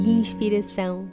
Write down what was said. inspiração